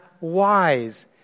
wise